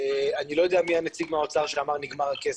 אני לא יודע מי הנציג מהאוצר שאמר שנגמר הכסף.